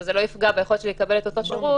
וזה לא יפגע ביכולת שלי לקבל אותו שירות,